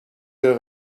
our